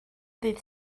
ddydd